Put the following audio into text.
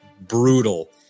Brutal